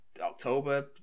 October